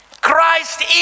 Christ